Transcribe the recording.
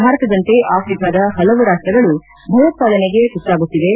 ಭಾರತದಂತೆ ಆಫ್ರಿಕಾದ ಹಲವು ರಾಷ್ಷಗಳು ಭಯೋತ್ವಾದನೆಗೆ ತುತ್ತಾಗುತ್ತಿವೆ